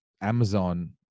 Amazon